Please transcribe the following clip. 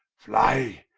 flye,